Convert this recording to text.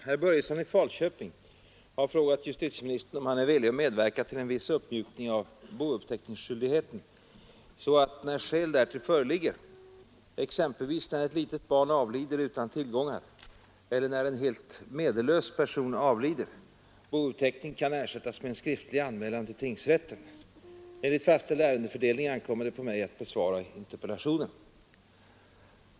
Herr talman! Herr Börjesson i Falköping har frågat justitieministern om han är villig att medverka till en viss uppmjukning av bouppteckningsskyldigheten så att när skäl därtill föreligger, exempelvis när ett litet barn avlider utan tillgångar eller när en helt medellös person avlider, bouppteckning kan ersättas med en skriftlig anmälan till tingsrätten. Enligt fastställd ärendefördelning ankommer det på mig att besvara interpellationen.